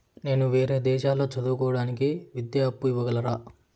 నేను వేరే దేశాల్లో చదువు కోవడానికి విద్యా అప్పు ఇవ్వగలరా?